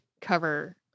cover